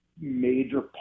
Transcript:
Major